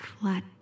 flat